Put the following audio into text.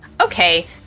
Okay